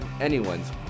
anyone's